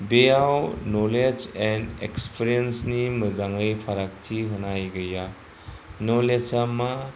बेयाव knowledge and एक्सपिरियेसन्सनि मोजाङै फारागथि होनाय गैया नलेजा मा